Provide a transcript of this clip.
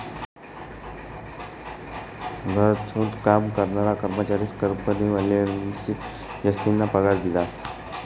घरथून काम करनारा कर्मचारीस्ले कंपनीवालास्नी जासतीना पगार दिधा